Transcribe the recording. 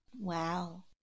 Wow